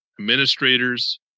administrators